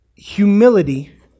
Humility